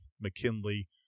McKinley